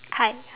hi